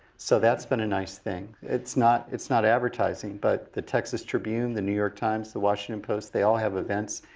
so that's been a nice thing. it's not it's not advertising, but the texas tribune, the new york times, the washington post they all have events,